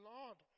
Lord